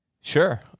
Sure